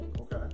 okay